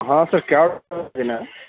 ہاں سر کیا لینا ہے